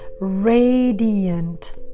radiant